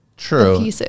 True